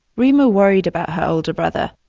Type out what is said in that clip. reema worried about her older brother.